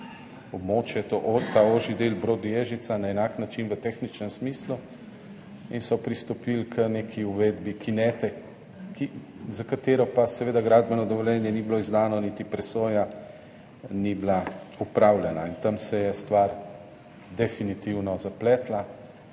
območje ta ožji del, Brod–Ježica, ki je enak v tehničnem smislu in so pristopili k neki uvedbi kinete, za katero pa seveda gradbeno dovoljenje ni bilo izdano, niti presoja ni bila opravljena in tam se je stvar definitivno zapletla.